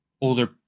older